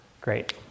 Great